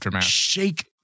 shake